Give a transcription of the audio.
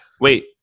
Wait